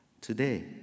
today